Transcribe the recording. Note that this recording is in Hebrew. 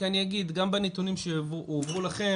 ואני אגיד גם בנתונים שהועברו לכם,